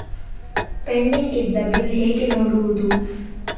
Pending ಇದ್ದ bill ಹೇಗೆ ನೋಡುವುದು?